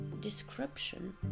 description